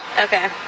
Okay